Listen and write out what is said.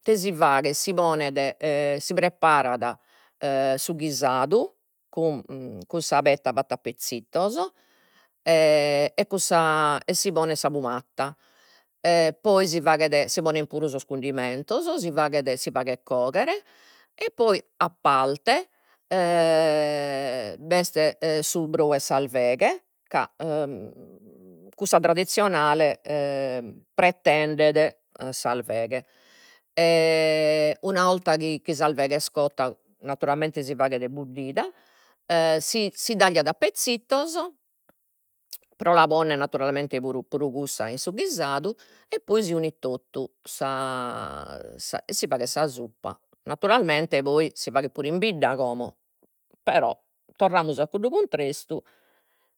Ite si faghet, si ponet e si preparat e su ghisadu, cun cun sa petta fatta a pezzittos e cun sa e si ponet sa pumatta, e poi si faghet, si ponen puru sos cundimentos, si faghet coghere e poi a parte b'est su brou 'e s'arveghe ca cussa tradissionale pretendet s'arveghe, una 'olta chi chi s'arveghe est cotta, naturalmente si faghet buddida, e si tagliat a pezzittos pro la ponner naturalmente puru puru cussa in su ghisadu e poi si unit totu, sa e si faghet sa suppa, naturalmente poi si faghet puru in bidda como, però, torramus a cuddu cuntrestu,